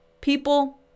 people